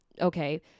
okay